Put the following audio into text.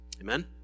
Amen